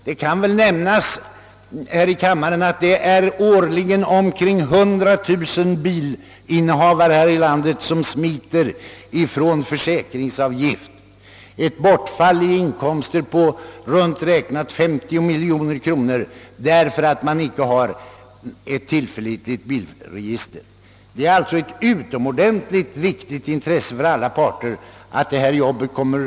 Det bör nämnas här i kammaren att årligen omkring 100 000 bilinnehavare i landet smiter ifrån försäkringsavgift — ett bortfall i inkomster för försäkringsbolagen med approximativt räknat 50 miljoner — därför att det inte finns ett tillförlitligt bilregister. Det är alltså för alla parter ett utomordentligt viktigt intresse att detta utredningsarbete bedrivs med yttersta skyndsamhet.